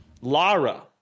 lara